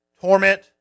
torment